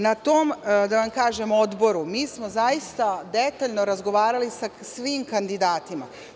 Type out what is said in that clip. Na tom Odboru smo zaista detaljno razgovarali sa svim kandidatima.